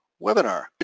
webinar